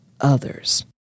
others